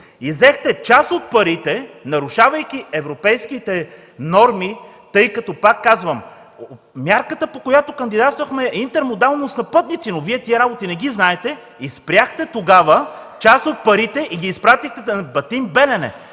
взехте част от парите, нарушавайки европейските норми, тъй като – пак казвам – мярката, по която кандидатствахме, е интермодалност на пътници. Но Вие тези работи не ги знаете и тогава спряхте част от парите, като ги изпратихте на „Батин” – Белене.